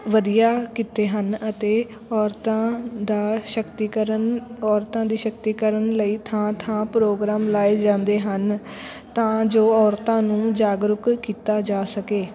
ਵਧੀਆ ਕਿੱਤੇ ਹਨ ਅਤੇ ਔਰਤਾਂ ਦਾ ਸ਼ਕਤੀਕਰਨ ਔਰਤਾਂ ਦੀ ਸ਼ਕਤੀਕਰਨ ਲਈ ਥਾਂ ਥਾਂ ਪ੍ਰੋਗਰਾਮ ਲਾਏ ਜਾਂਦੇ ਹਨ ਤਾਂ ਜੋ ਔਰਤਾਂ ਨੂੰ ਜਾਗਰੂਕ ਕੀਤਾ ਜਾ ਸਕੇ